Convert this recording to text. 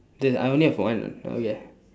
the I only have one okay